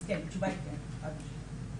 אז התשובה היא כן, חד משמעית.